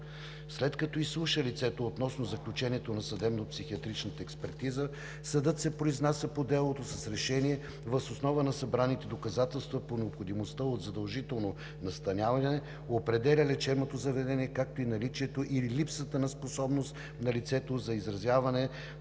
След като изслуша лицето относно заключението на съдебно-психиатрична експертиза, съдът се произнася по делото с решение въз основа на събраните доказателства по необходимостта от задължително настаняване, определя лечебното заведение, както и наличието или липсата на способност на лицето за изразяване